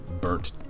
burnt